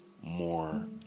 more